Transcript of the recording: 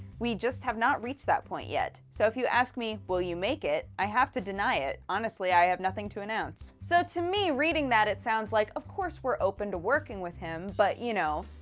we just have not reached that point yet. so if you ask me will you make it, i have to deny it. honestly, i have nothing to announce. so to me reading that, it sounds like of course we're open to working with him, but, you know.